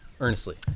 earnestly